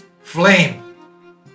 Flame